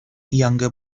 younger